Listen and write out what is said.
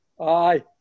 Aye